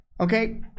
Okay